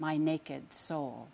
my naked so